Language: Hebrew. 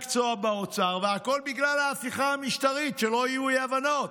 והכול בגלל ההפיכה המשטרית, שלא יהיו אי-הבנות.